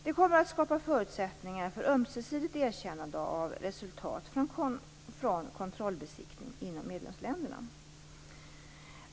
Det kommer att skapa förutsättningar för ömsesidigt erkännande av resultat från kontrollbesiktning inom medlemsländerna.